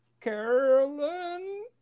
Carolyn